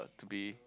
to be